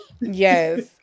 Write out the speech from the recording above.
Yes